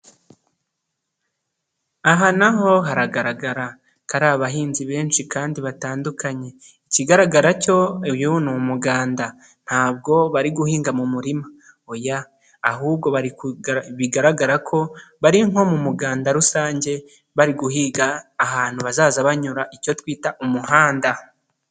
Aha naho haragaragara ko ari abahinzi benshi kandi batandukanye, ikigaragara cyo uyu ni umuganda. Ntabwo bari guhinga mu murima, oya ahubwo bigaragara ko, bari nko mu muganda rusange bari guhiga ahantu bazaza banyura icyo twita umuhanda.